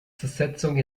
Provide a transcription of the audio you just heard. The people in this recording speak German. zersetzung